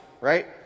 right